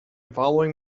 following